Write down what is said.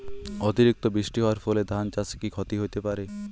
অতিরিক্ত বৃষ্টি হওয়ার ফলে ধান চাষে কি ক্ষতি হতে পারে?